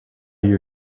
you